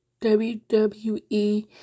WWE